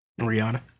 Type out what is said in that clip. Rihanna